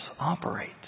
operate